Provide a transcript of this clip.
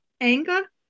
anger